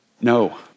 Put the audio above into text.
No